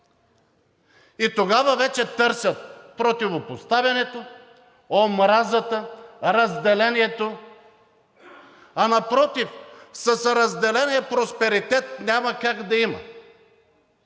и тогава вече търсят противопоставянето, омразата, разделението, а напротив, с разделение просперитет няма как да има.